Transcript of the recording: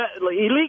Elite